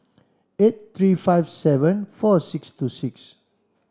eight three five seven four six two six